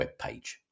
webpage